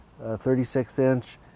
36-inch